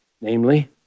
Namely